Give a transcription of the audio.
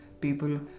people